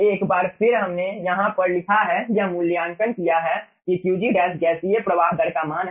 एक बार फिर हमने यहाँ पर लिखा है या मूल्यांकन किया है कि Qg गैसीय प्रवाह दर का मान है